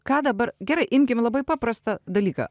ką dabar gerai imkime labai paprastą dalyką